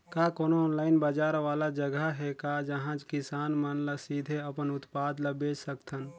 का कोनो ऑनलाइन बाजार वाला जगह हे का जहां किसान मन ल सीधे अपन उत्पाद ल बेच सकथन?